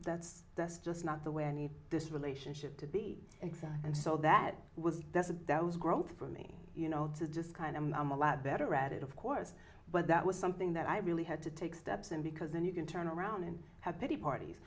that's that's just not the way i need this relationship to be exact and so that was that's a that was growth for me you know just kind of and i'm a lot better at it of course but that was something that i really had to take steps in because then you can turn around and have pity parties